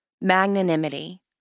magnanimity